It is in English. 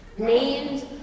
Named